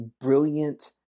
brilliant